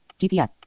GPS